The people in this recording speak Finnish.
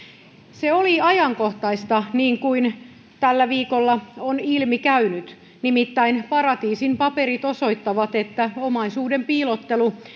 se oli ajankohtaista niin kuin tällä viikolla on ilmi käynyt nimittäin paratiisin paperit osoittavat että omaisuuden piilottelu